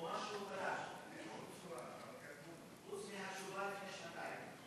או מה שהוקרא, חוץ מהתשובה לפני שנתיים.